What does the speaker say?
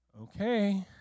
okay